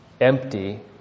Empty